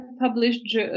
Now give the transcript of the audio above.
published